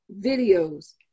videos